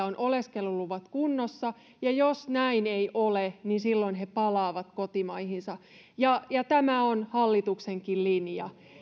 on oleskeluluvat kunnossa ja jos näin ei ole niin silloin he palaavat kotimaihinsa tämä on hallituksenkin linja